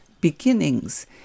beginnings